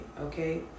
okay